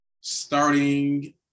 starting